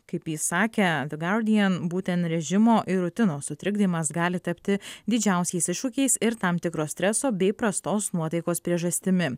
kaip jis sakė guardian būtent režimo ir rutinos sutrikdymas gali tapti didžiausiais iššūkiais ir tam tikro streso bei prastos nuotaikos priežastimi